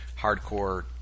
hardcore